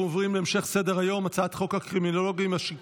אנחנו עוברים להצבעה על החוק השני,